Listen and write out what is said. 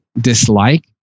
dislike